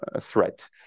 threat